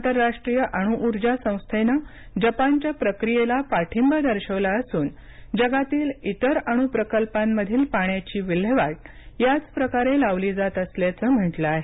आंतरराष्ट्रीय अणु उर्जा संस्थेनं जपानच्या प्रक्रियेला पाठींबा दर्शवला असून जगातील इतर अणु प्रकल्पांमधील पाण्याची विल्हेवाट याचप्रकारे लावली जात असल्याचं म्हटलं आहे